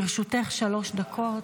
לרשותך שלוש דקות.